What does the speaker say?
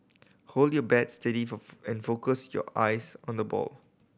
hold your bat steady and focus your eyes on the ball